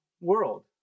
world